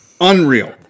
unreal